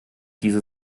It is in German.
diese